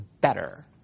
better